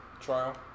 trial